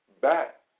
back